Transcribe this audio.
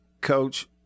Coach